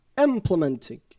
implementing